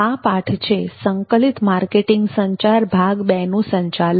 આ પાઠ છે સંકલિત માર્કેટિંગ સંચાર ભાગ 2 નું સંચાલન